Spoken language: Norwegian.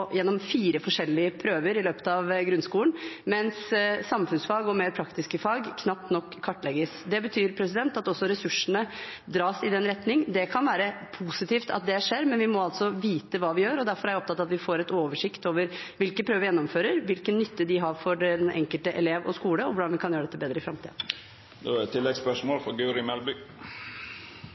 gjennom fire forskjellige prøver i løpet av grunnskolen, mens samfunnsfag og mer praktiske fag knapt nok kartlegges. Det betyr at også ressursene dras i den retning. Det kan være positivt at det skjer, men vi må altså vite hva vi gjør, og derfor er jeg opptatt av at vi får oversikt over hvilke prøver vi gjennomfører, hvilken nytte de har for den enkelte elev og skole, og hvordan vi kan gjøre dette bedre i